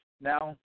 Now